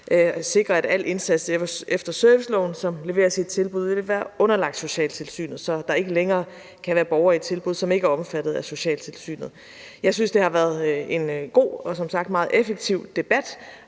sikre, at alle indsatser efter serviceloven, som leveres i et tilbud, vil være underlagt socialtilsynet, så der ikke længere kan være borgere i et tilbud, der ikke er omfattet af socialtilsynet. Jeg synes som sagt, det har været en god og meget effektiv debat.